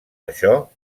això